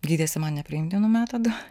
gydėsi man nepriimtinu metodu